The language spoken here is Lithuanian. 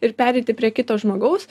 ir pereiti prie kito žmogaus